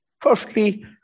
Firstly